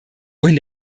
wohin